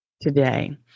today